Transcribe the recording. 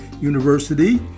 University